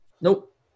Nope